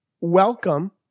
welcome